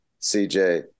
CJ